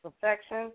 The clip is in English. perfection